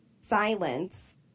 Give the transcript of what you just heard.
silence